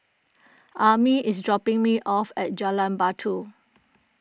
Ammie is dropping me off at Jalan Batu